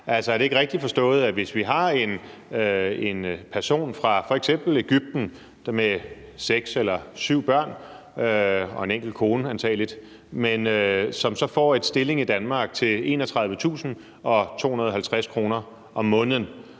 Altså, er det ikke rigtigt forstået, at hvis vi har en person fra f.eks. Egypten med seks eller syv børn og en enkelt kone, antagelig, der så får en stilling i Danmark til 31.250 kr. om måneden,